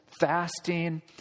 fasting